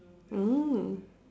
mm